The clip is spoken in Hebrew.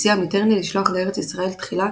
הציע מיטרני לשלוח לארץ ישראל תחילה